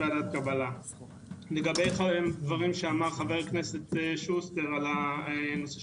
לגבי דברים שאמר חבר הכנסת שוסטר על נושא